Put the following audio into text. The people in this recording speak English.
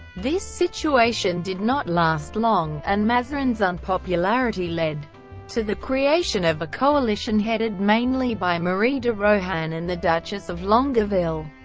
this situation did not last long, and mazarin's unpopularity led to the creation of a coalition headed mainly by marie de rohan and the duchess of longueville.